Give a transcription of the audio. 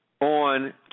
On